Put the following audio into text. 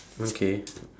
okay